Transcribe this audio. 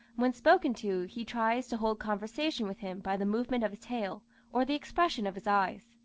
when spoken to, he tries to hold conversation with him by the movement of his tail or the expression of his eyes.